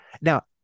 Now